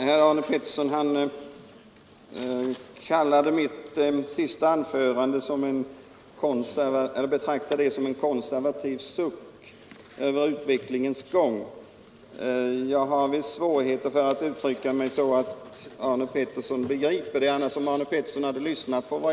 Herr talman! Arne Pettersson betecknade mitt senaste anförande som en konservativ suck över utvecklingens gång. Jag har visst svårt att uttrycka mig så att Arne Pettersson begriper det.